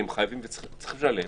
הם חייבים וצריכים לשלם.